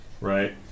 right